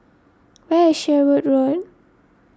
where is Sherwood Road